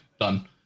done